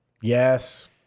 yes